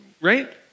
right